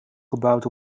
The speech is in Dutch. gebouwd